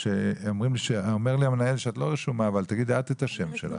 אומר לי המנהל שאת לא רשומה, אבל תגידי את מה שמך.